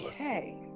Okay